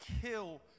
kill